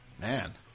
Man